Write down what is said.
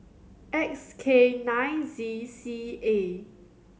X K nine Z C A